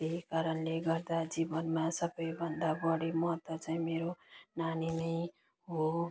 त्यही कारणले गर्दा जीवनमा सबैभन्दा बढी महत्त्व चाहिँ मेरो नानी नै हो